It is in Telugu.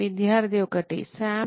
విద్యార్థి 1 సామ్